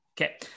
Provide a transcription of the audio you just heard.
Okay